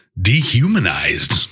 dehumanized